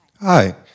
Hi